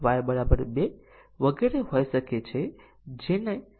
અને તેથી અમારી જરૂરિયાત પ્રોગ્રામમાં રેખીય સ્વતંત્ર પાથોને આવરી લેવાની રહેશે